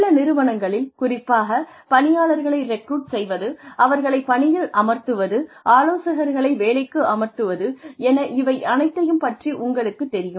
சில நிறுவனங்களில் குறிப்பாக பணியாளர்களை ரெக்ரூட் செய்வது அவர்களை பணியில் அமர்த்துவது ஆலோசகர்களை வேலைக்கு அமர்த்துவது என இவை அனைத்தையும் பற்றி உங்களுக்குத் தெரியும்